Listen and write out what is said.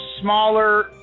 smaller